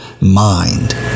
mind